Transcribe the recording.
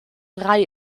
drei